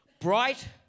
bright